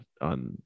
on